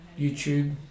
YouTube